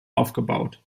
aufgebaut